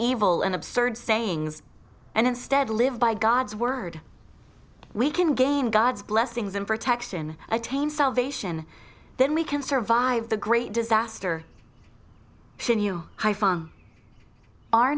evil and absurd sayings and instead live by god's word we can gain god's blessings and protection attain salvation then we can survive the great disaster should you are